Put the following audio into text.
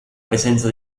presenza